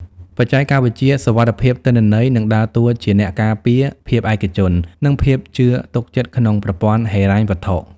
បច្ចេកវិទ្យាសុវត្ថិភាពទិន្នន័យនឹងដើរតួជាអ្នកការពារភាពឯកជន និងការជឿទុកចិត្តក្នុងប្រព័ន្ធហិរញ្ញវត្ថុ។